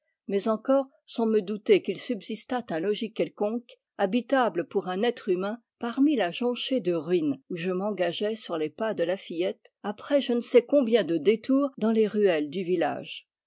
mais encore sans me douter qu'il subsistât un logis quelconque habitable pour un être humain parmi la jonchée de ruines où je m'engageai sur les pas de la fillette après je ne sais combien de détours dans les ruelles du village